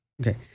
Okay